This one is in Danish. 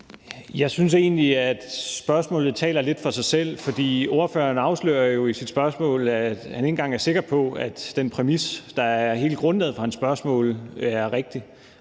Jeg synes egentlig, at spørgsmålet taler lidt for sig selv, for ordføreren afslører jo i sit spørgsmål, at han ikke engang er sikker på, at den præmis, der er hele grundlaget for hans spørgsmål, er rigtig.